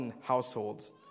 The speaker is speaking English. households